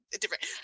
different